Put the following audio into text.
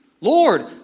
Lord